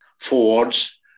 Fords